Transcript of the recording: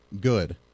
Good